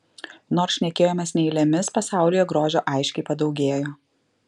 nors šnekėjomės ne eilėmis pasaulyje grožio aiškiai padaugėjo